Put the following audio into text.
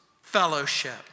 fellowship